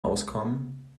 auskommen